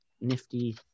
nifty